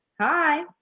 Hi